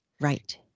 right